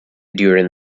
during